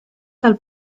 del